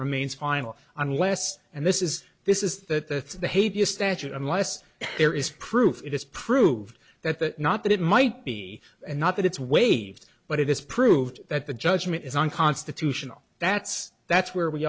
remains final unless and this is this is that the behavior statute unless there is proof it is proved that that not that it might be and not that it's waived but it is proved that the judgment is unconstitutional that's that's where we